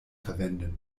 verwenden